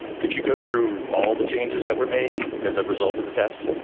could you go through all the changes that were made as a result of the test?